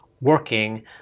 working